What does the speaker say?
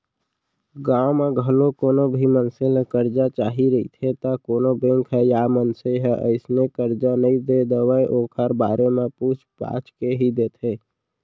गाँव म घलौ कोनो भी मनसे ल करजा चाही रहिथे त कोनो बेंक ह या मनसे ह अइसने करजा नइ दे देवय ओखर बारे म पूछ पूछा के ही देथे